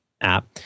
app